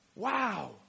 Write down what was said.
Wow